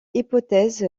hypothèse